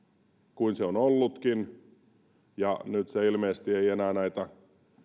kuin se on ollutkin ja nyt se ilmeisesti ei enää näitä